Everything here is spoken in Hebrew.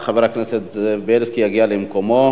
רק חבר הכנסת זאב בילסקי יגיע למקומו.